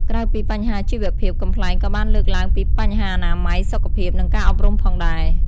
ក្រៅពីបញ្ហាជីវភាព កំប្លែងក៏បានលើកឡើងពីបញ្ហាអនាម័យ សុខភាព និងការអប់រំផងដែរ។